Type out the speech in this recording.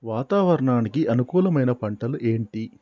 వాతావరణానికి అనుకూలమైన పంటలు ఏంటి?